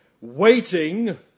waiting